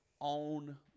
own